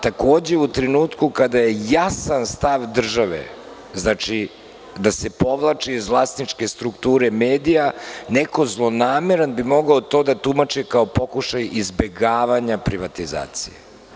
Takođe u trenutku kada je jasan stav države da se povlači iz vlasničke strukture medija, neko zlonameran bi to mogao da tumači kao pokušaj izbegavanja privatizacije.